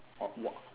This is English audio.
of what